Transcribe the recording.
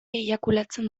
eiakulatzen